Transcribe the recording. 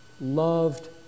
loved